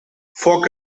foc